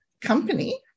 company